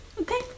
Okay